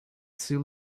soon